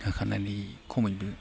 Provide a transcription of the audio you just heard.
होखानानै खमैबो